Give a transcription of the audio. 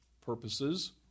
purposes